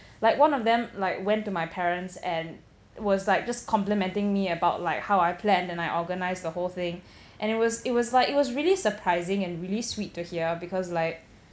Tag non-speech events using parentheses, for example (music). like one of them like went to my parents and was like just complementing me about like how I planned and I organised the whole thing (breath) and it was it was like it was really surprising and really sweet to hear because like